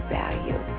value